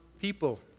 people